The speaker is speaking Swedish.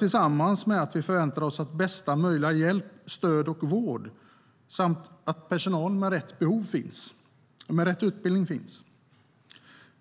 Vi förväntar oss att bästa möjliga hjälp, stöd och vård samt personal med rätt utbildning finns.